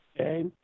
okay